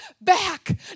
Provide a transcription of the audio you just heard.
back